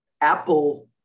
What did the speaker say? Apple